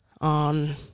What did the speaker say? on